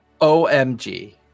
omg